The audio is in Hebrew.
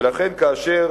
ולכן, כאשר